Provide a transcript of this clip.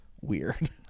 weird